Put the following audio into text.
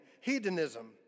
hedonism